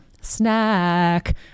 Snack